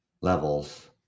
levels